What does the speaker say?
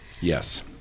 Yes